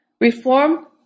Reform